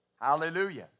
Hallelujah